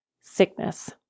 sickness